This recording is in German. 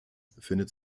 findet